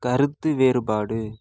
கருத்து வேறுபாடு